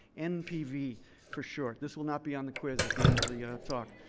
npv for short this will not be on the quiz at the end of the ah talk